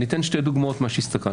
אתן שתי דוגמאות ממה שהסתכלתי.